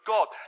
God